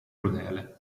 crudele